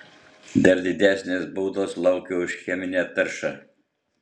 dar didesnės baudos laukia už cheminę taršą